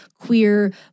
queer